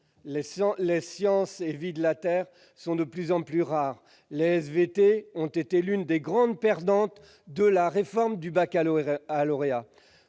les sciences de la vie et de la terre, ou SVT, sont de plus en plus rares. Les SVT ont été l'une des grandes perdantes de la réforme du baccalauréat.